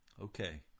Okay